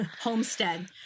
homestead